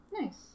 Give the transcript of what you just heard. Nice